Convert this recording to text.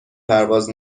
پرواز